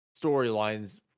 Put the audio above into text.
storylines